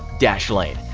dashlane!